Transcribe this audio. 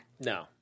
No